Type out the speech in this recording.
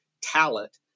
talent